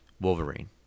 Wolverine